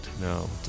No